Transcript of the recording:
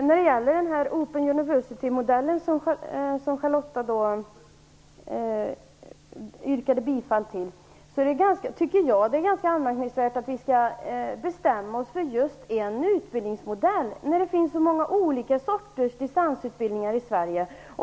Herr talman! Charlotta Bjälkebring yrkade bifall till ett införande av Open University-modellen. Jag tycker att det är ganska anmärkningsvärt att vi skall bestämma oss för en viss utbildningsmodell när det finns så många andra typer av distansutbildning i Sverige.